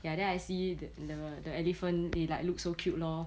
ya then I see the the elephant like they look so cute lor